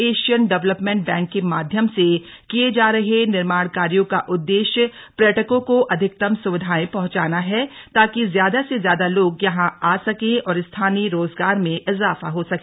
Asian Development Bank के माध्यम से किए जा रहे निर्माण कार्यों का उददेश्य पर्यटकों को अधिकतम सुविधाएं पहंचाना है ताकि ज्यादा से ज्यादा लोग यहां आ सकें और स्थानीय रोजगार में इजाफा हो सके